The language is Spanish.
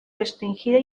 restringida